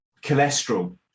cholesterol